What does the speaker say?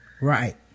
Right